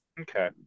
okay